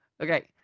Okay